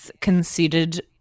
considered